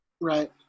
Right